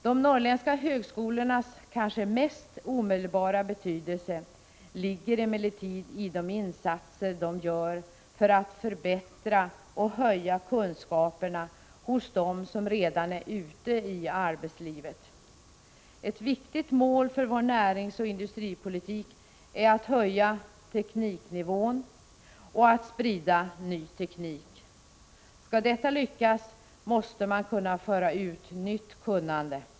De norrländska högskolornas kanske mest omedelbara betydelse ligger emellertid i de insatser som dessa gör för att förbättra och höja kunskaperna bland dem som redan är ute i arbetslivet. Ett viktigt mål för vår näringsoch industripolitik är att höja tekniknivån och att sprida ny teknik. Skall detta lyckas, måste man föra ut nytt kunnande.